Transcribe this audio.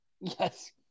Yes